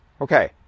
Okay